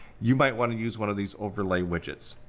you might wanna use one of these overlay widgets.